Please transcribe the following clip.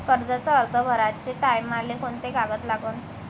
कर्जाचा अर्ज भराचे टायमाले कोंते कागद लागन?